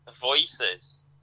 voices